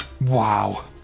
Wow